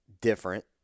different